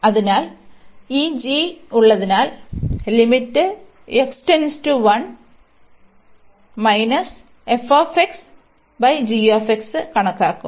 അതിനാൽ ഈ g ഉള്ളതിനാൽ കണക്കാക്കും